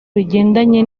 bigendanye